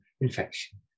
infection